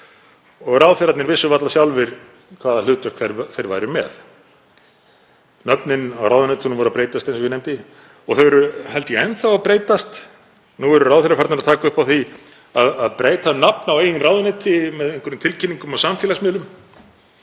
og ráðherrarnir vissu varla sjálfir hvaða hlutverk þeir væru með. Nöfnin á ráðuneytunum voru að breytast, eins og ég nefndi, og þau eru held ég enn að breytast. Nú eru ráðherrar farnir að taka upp á því að breyta um nafn á eigin ráðuneyti með einhverjum tilkynningum á samfélagsmiðlum.